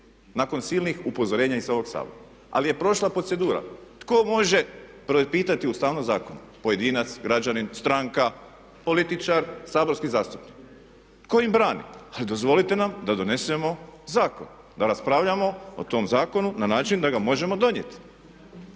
nakon silnih upozorenja i sa ovog Sabora. Ali je prošla procedura. Tko može propitati ustavnost zakona? Pojedinac, građanin, stranka, političar, saborski zastupnik. Tko im brani? Ali dozvolite nam da donesemo zakon, da raspravljamo o tom zakonu na način da ga možemo donijeti.